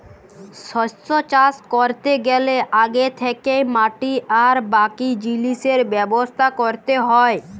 শস্য চাষ ক্যরতে গ্যালে আগে থ্যাকেই মাটি আর বাকি জিলিসের ব্যবস্থা ক্যরতে হ্যয়